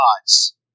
gods